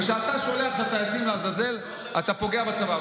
וכשאתה שולח את הטייסים לעזאזל, אתה פוגע בצבא.